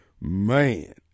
man